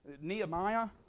Nehemiah